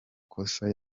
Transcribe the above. kosa